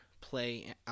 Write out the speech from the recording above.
play